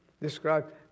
described